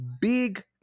big